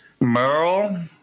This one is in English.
Merle